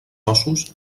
ossos